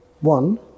one